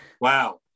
Wow